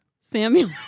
Samuel